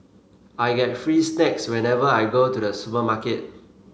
I get free snacks whenever I go to the supermarket